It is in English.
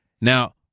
Now